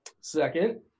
Second